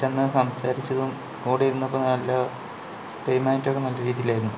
അന്ന് സംസാരിച്ചതും കൂടെ ഇരുന്നപ്പോൾ നല്ല പെരുമാറ്റമൊക്കെ നല്ല രീതിയിലായിരുന്നു